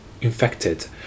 infected